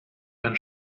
dein